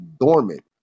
dormant